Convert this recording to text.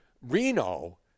Reno